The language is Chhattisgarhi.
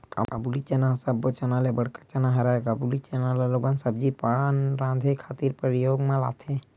काबुली चना ह सब्बो चना ले बड़का चना हरय, काबुली चना ल लोगन सब्जी पान राँधे खातिर परियोग म लाथे